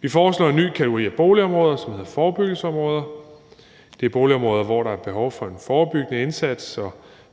Vi foreslår en ny kategori af boligområder, som hedder forebyggelsesområder, og det er boligområder, hvor der er behov for en forebyggende indsats, og